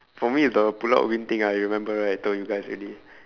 for me it's the pulau ubin thing ah you remember right I told you guys already